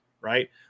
right